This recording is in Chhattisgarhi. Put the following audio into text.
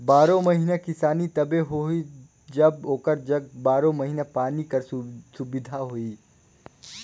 बारो महिना किसानी तबे होही जब ओकर जग बारो महिना पानी कर सुबिधा होही